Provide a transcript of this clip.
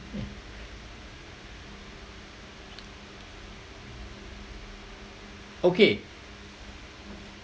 okay